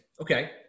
Okay